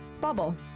Bubble